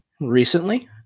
recently